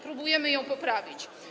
Próbujemy ją poprawić.